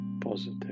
positive